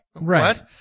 right